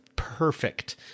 perfect